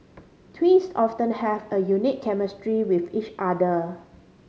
twins often have a unique chemistry with each other